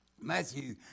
Matthew